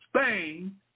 Spain